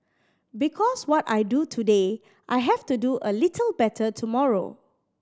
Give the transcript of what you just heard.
because what I do today I have to do a little better tomorrow